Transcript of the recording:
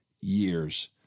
years